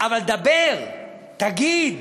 אבל דבר, תגיד.